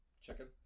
chicken